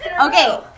Okay